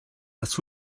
las